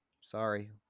Sorry